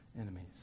enemies